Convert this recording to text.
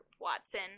Watson